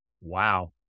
Wow